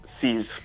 sees